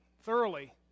thoroughly